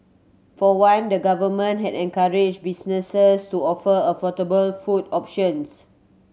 for one the Government has encouraged businesses to offer affordable food options